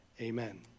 Amen